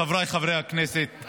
חבריי חברי הכנסת,